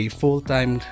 full-time